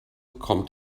kommt